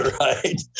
right